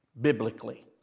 biblically